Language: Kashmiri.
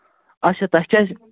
اچھا تۄہہِ کیٛازِ